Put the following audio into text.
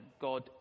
God